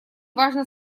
важно